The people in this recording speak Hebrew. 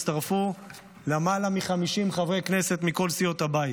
הצטרפו למעלה מ-50 חברי כנסת מכל סיעות הבית.